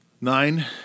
nine